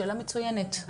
שאלה מצוינת.